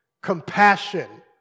compassion